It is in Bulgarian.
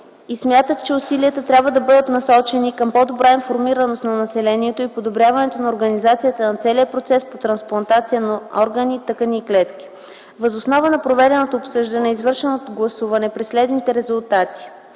и смятат, че усилията трябва да бъдат насочени към по-добра информираност на населението и подобряване на организацията на целия процес по трансплантация на органи, тъкани и клетки. Въз основа на проведеното обсъждане и извършеното гласуване при следните резултати: